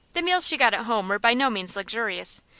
the meals she got at home were by no means luxurious,